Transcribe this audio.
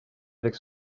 avec